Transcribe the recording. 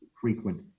frequent